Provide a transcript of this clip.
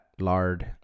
lard